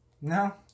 No